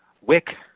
Wick